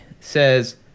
says